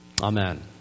Amen